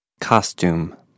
Costume